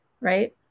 Right